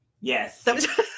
Yes